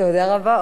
תודה רבה.